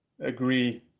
agree